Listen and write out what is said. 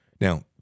Now